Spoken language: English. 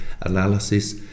analysis